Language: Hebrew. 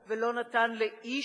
ולא נתן לאיש